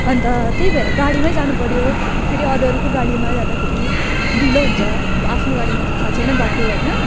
अन्त त्यही भएर गाडीमै जानुपर्यो फेरि अरू अरूको गाडीमा जाँदाखेरि ढिलो हुन्छ अब आफ्नो गाडीमा त थाहा छैन बाटो होइन